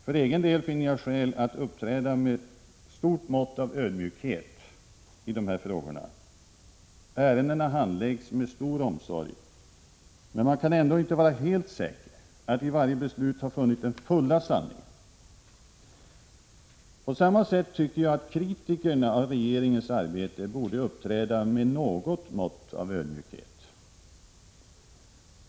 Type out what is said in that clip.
För egen del finner jag skäl att uppträda med ett stort mått av ödmjukhet i de här frågorna. Ärendena handläggs med stor omsorg, men man kan ändå inte vara helt säker på att i varje beslut ha funnit den fulla sanningen. På samma sätt tycker jag att kritikerna av regeringens arbete borde uppträda med ett visst mått av ödmjukhet.